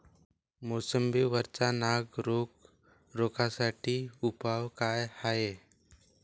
मोसंबी वरचा नाग रोग रोखा साठी उपाव का हाये?